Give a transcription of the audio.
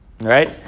Right